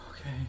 Okay